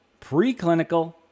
preclinical